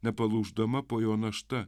nepalūždama po jo našta